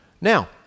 Now